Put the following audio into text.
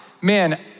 man